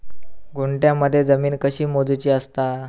गुंठयामध्ये जमीन कशी मोजूची असता?